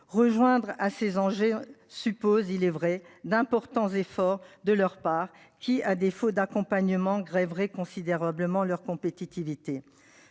rejoindre à ces Angers suppose il est vrai d'importants efforts de leur part qui à défaut d'accompagnement grèverait considérablement leur compétitivité.